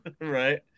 right